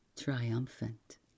triumphant